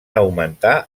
augmentar